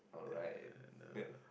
alright then